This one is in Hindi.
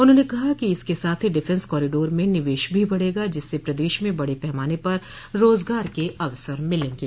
उन्होंने कहा इसके साथ ही डिफेन्स कॉरीडोर में निवेश भी बढ़ेगा जिससे प्रदेश में बड़े पैमाने पर रोजगार के अवसर मिलेंगे